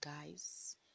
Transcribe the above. guys